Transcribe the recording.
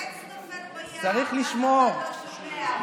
אם עץ נופל ביער ואף אחד לא שומע, הוא נפל?